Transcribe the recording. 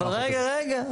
אבל רגע, רגע.